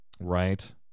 right